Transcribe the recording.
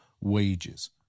wages